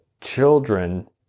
children